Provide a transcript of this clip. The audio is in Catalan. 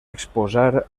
exposar